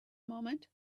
moment